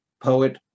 poet